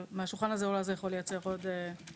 השולחן הזה יכול אולי לייצר עוד מנוף